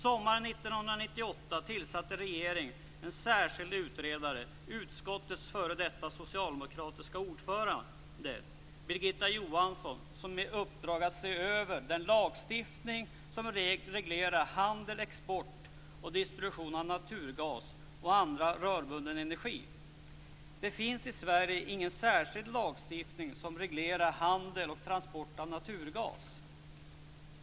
Sommaren 1998 tillsatte regeringen en särskild utredare, utskottets f.d. socialdemokratiska ordförande Birgitta Johansson, med uppdrag att se över den lagstiftning som reglerar handel, export och distribution av naturgas och annan rörbunden energi. Det finns i Sverige ingen särskild lagstiftning som reglerar handel och transport av naturgas.